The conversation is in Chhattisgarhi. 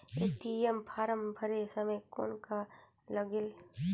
ए.टी.एम फारम भरे समय कौन का लगेल?